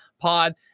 pod